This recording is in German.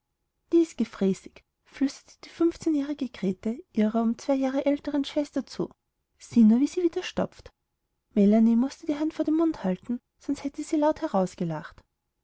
ist gefräßig flüsterte die fünfzehnjährige grete ihrer um zwei jahre älteren schwester zu sieh nur wie sie wieder stopft melanie mußte die hand vor den mund halten sonst hätte sie laut